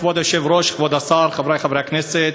כבוד היושב-ראש, כבוד השר, חברי חברי הכנסת,